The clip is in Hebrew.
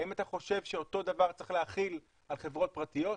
האם אתה חושב שאת אותו דבר צריך להחיל על חברות פרטיות?